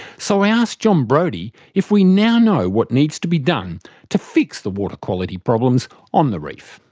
so i asked jon brodie if we now know what needs to be done to fix the water quality problems on the reef.